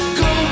go